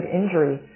injury